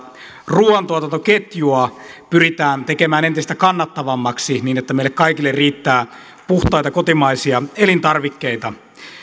ruuantuotantoketjua pyritään tekemään entistä kannattavammaksi niin että meille kaikille riittää puhtaita kotimaisia elintarvikkeita